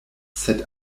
sed